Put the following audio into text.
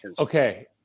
okay